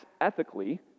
ethically